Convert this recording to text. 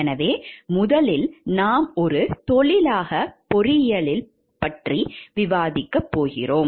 எனவே முதலில் நாம் ஒரு தொழிலாக பொறியியல் பற்றி விவாதிக்கப் போகிறோம்